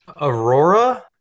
Aurora